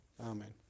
Amen